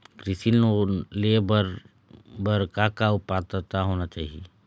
कृषि लोन ले बर बर का का पात्रता होना चाही?